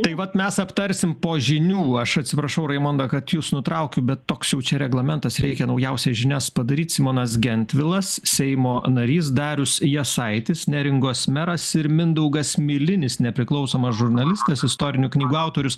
tai vat mes aptarsim po žinių aš atsiprašau raimondą kad jus nutraukiu bet toks jau čia reglamentas reikia naujausias žinias padaryt simonas gentvilas seimo narys darius jasaitis neringos meras ir mindaugas milinis nepriklausomas žurnalistas istorinių knygų autorius